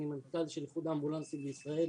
אני מנכ"ל של איחוד האמבולנסים בישראל.